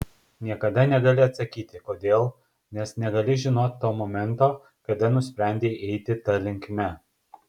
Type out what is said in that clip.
niekada negali atsakyti kodėl nes negali žinot to momento kada nusprendei eiti ta linkme